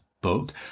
book